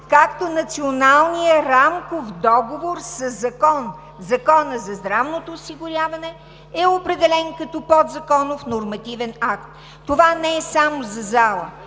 както Националният рамков договор със закон – Закона за здравното осигуряване, е определен като подзаконов нормативен акт. Това не е само за залата.